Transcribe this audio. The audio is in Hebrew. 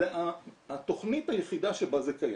זו התכנית היחידה שבה זה קיים.